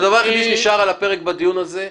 הדבר היחידי שנשאר על הפרק בדיון הזה,